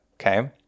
Okay